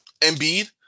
Embiid